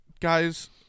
guys